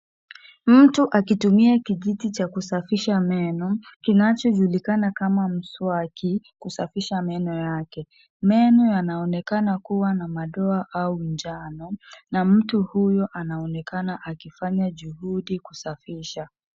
Mtu akitumia kijiti cha kusafisha meno kinachojulikana kama mswaki kusafisha meno yake. Meno yanaonekana kuwa na madoa au unjano na mtu huyo anaonekana akifanya juhudi kusafisha.